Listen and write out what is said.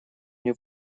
мне